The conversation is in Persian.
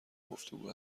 گفتگو